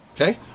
Okay